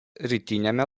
rytiniame